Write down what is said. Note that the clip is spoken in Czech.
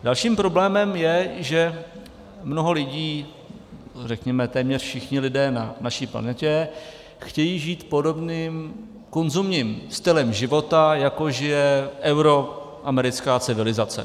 Dalším problémem je, že mnoho lidí, řekněme téměř všichni lidé na naší planetě chtějí žít podobným konzumním stylem života, jako žije euroamerická civilizace.